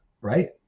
right